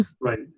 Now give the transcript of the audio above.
Right